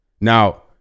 Now